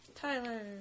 Tyler